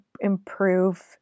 improve